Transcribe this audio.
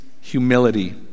humility